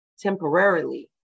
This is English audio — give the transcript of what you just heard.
temporarily